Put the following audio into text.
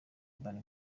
urban